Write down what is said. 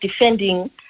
defending